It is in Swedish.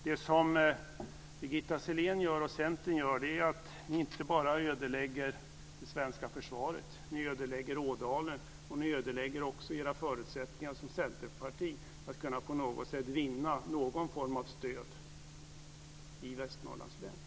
Det som Birgitta Sellén och Centern gör är att ni inte bara ödelägger det svenska försvaret. Ni ödelägger Ådalen, och ni ödelägger också era förutsättningar som centerparti att på något sätt kunna vinna någon form av stöd i Västernorrlands län.